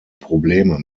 probleme